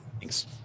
Thanks